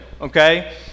okay